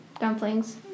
dumplings